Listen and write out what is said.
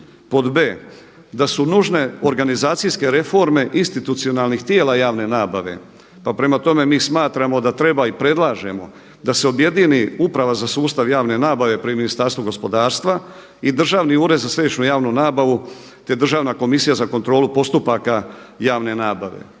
pod b) da su nužne organizacijske reforme institucionalnih tijela javne nabave pa prema tome mi smatramo da treba i predlažemo da se objedini Uprava za sustav javne nabave pri Ministarstvu gospodarstva i Državni ured za središnju javnu nabavu te Državna komisija za kontrolu postupaka javne nabave.